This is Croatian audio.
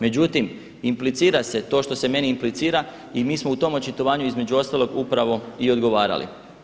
Međutim implicira se to što se meni implicira i mi smo u tom očitovanju između ostalog upravo i odgovarali.